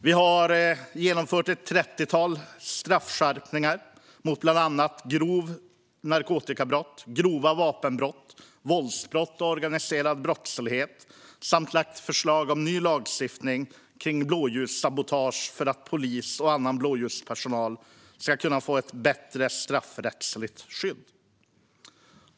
Vi har genomfört ett trettiotal straffskärpningar för bland annat grova narkotikabrott, grova vapenbrott, våldsbrott och organiserad brottslighet samt lagt förslag om ny lagstiftning kring blåljussabotage för att polis och annan blåljuspersonal ska få ett bättre straffrättsligt skydd.